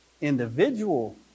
individual